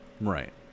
Right